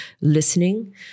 listening